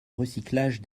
recyclage